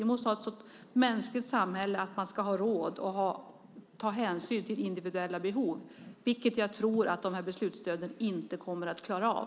Vi måste ha ett så mänskligt samhälle att vi har råd att ta hänsyn till individuella behov, något som jag tror att de här beslutsstöden inte kommer att klara av.